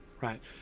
right